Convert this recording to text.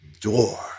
door